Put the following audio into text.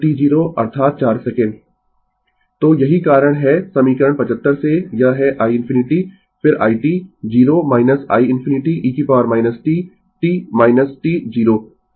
Refer Slide Time 3016 तो यही कारण है समीकरण 75 से यह है i ∞ फिर i t 0 i ∞ e t t t 0